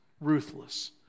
ruthless